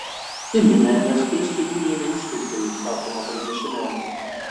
į minią ėmė skristi dūminiai užtaisai sakoma pranešime